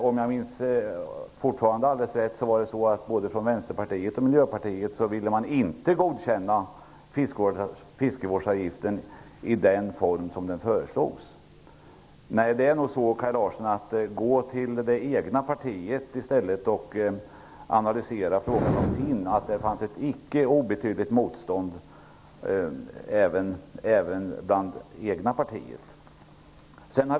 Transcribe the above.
Om jag fortfarande minns rätt ville varken Vänsterpartiet eller Miljöpartiet godkänna fiskevårdsavgiften i den form som den föreslogs. Kaj Larsson bör nog gå till det egna partiet i stället och analysera frågan där. Han kommer att finna att det fanns ett icke obetydligt motstånd även bland det egna partiets medlemmar.